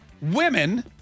Women